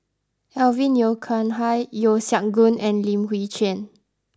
Alvin Yeo Khirn Hai Yeo Siak Goon and Lim Chwee Chian